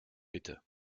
bitte